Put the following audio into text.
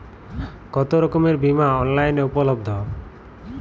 কতোরকমের বিমা অনলাইনে উপলব্ধ?